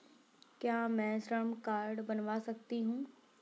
क्या मैं श्रम कार्ड बनवा सकती हूँ?